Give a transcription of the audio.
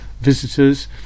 visitors